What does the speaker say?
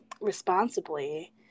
responsibly